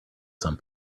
some